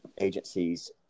agencies